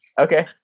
Okay